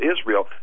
Israel